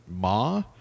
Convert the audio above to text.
Ma